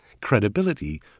credibility